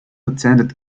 attended